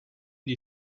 die